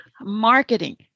Marketing